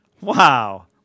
Wow